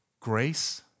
Grace